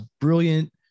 brilliant